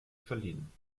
verliehen